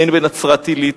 הן בנצרת-עילית,